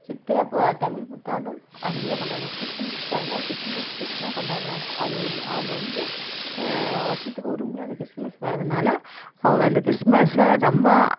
சித்திரை தமிழ் புத்தாண்டும் அருமையா கொண்டாடுவாங்க கிறிஸ்மஸ்காரங்க கிறிஸ்மஸ் சூப்பராக கொண்டாடுறாங்க அவங்களுடைய அவங்க வந்து வருஷத்துக்கு ஒருமுறை அந்த கிறிஸ்மஸ் வர்றதினால அவங்க அந்த கிறிஸ்மஸை ரொம்ப